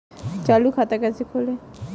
चालू खाता कैसे खोलें?